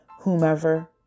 whomever